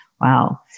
Wow